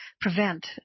prevent